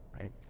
right